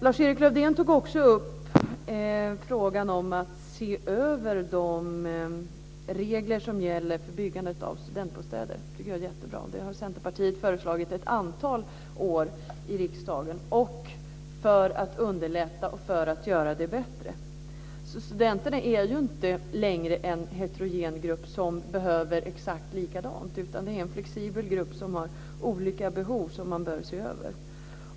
Lars-Erik Lövdén tog också upp frågan om att se över de regler som gäller för byggandet av studentbostäder. Det tycker jag är jättebra. Det har Centerpartiet föreslagit ett antal år i riksdagen för att underlätta och göra det bättre. Studenterna är inte längre en heterogen grupp som behöver ha det exakt likadant. De är en flexibel grupp som har olika behov som man bör se över.